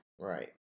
Right